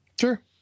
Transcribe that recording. Sure